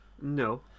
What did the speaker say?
No